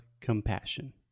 compassion